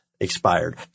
Expired